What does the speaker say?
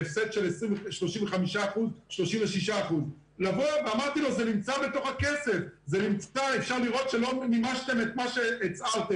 שיחזירו לנו את הכסף או שיחזירו את זה בסוג של מעגליות אלינו בחזרה.